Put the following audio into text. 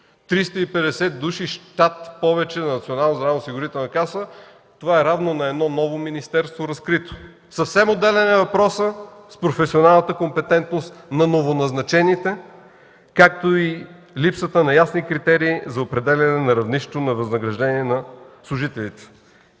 здравноосигурителна каса – това е равно на едно ново разкрито министерство. Съвсем отделен е въпросът с професионалната компетентност на новоназначените, както и липсата на ясни критерии за определяне на равнището на възнаграждение на служителите.